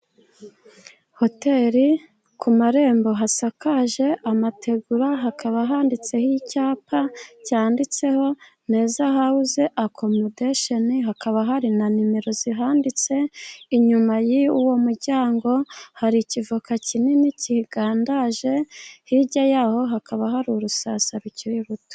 Hoteli, ku marembo hasakaje amategura, hakaba handitseho icyapa cyanditseho "Neza Hawuze Akomudesheni", hakaba hari na nimero zihanditse. Inyuma y'wo muryango hari ikivoka kinini kigandaye, hirya yaho hakaba hari urusasa rukiri ruto.